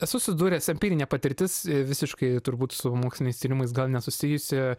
esu susidūręs empirinė patirtis visiškai turbūt su moksliniais tyrimais gal nesusijusi